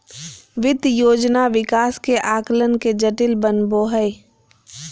वित्त योजना विकास के आकलन के जटिल बनबो हइ